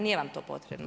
Nije vam to potrebno.